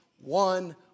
one